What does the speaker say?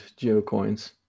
geocoins